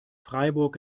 freiburg